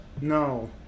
No